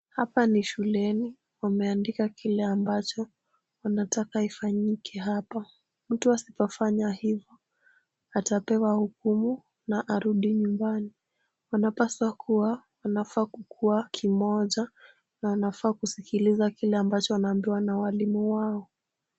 Hapa ni shuleni. Wameandika kile ambacho wanataka ifanyike hapa. Mtu asipofanya hivyo atapewa hukumu na arudi nyumbani. Wanalaswa kuwa, wanafaa kukuwa kimoja na wanafaa kusikiliza kile ambacho wanaambiwa na walimu wao.